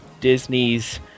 Disney's